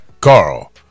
Carl